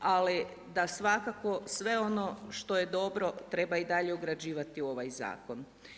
Ali da svakako sve ono što je dobro treba i dalje ugrađivati u ovaj zakon.